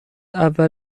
اول